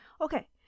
Okay